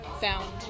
found